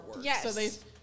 Yes